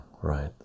right